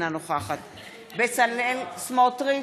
אינה נוכחת בצלאל סמוטריץ,